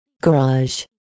Garage